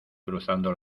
cruzando